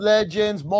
Legends